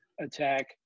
attack